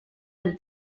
del